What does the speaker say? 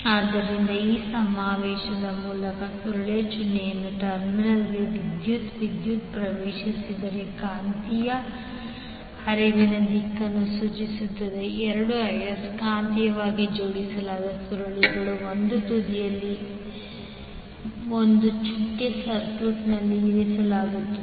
ಆದ್ದರಿಂದ ಈ ಸಮಾವೇಶದ ಮೂಲಕ ಸುರುಳಿಯ ಚುಕ್ಕೆಗಳ ಟರ್ಮಿನಲ್ಗೆ ವಿದ್ಯುತ್ ಪ್ರವೇಶಿಸಿದರೆ ಕಾಂತೀಯ ಹರಿವಿನ ದಿಕ್ಕನ್ನು ಸೂಚಿಸಲು 2 ಆಯಸ್ಕಾಂತೀಯವಾಗಿ ಜೋಡಿಸಲಾದ ಸುರುಳಿಗಳ ಒಂದು ತುದಿಯಲ್ಲಿ ಒಂದು ಚುಕ್ಕೆ ಸರ್ಕ್ಯೂಟ್ನಲ್ಲಿ ಇರಿಸಲಾಗುತ್ತದೆ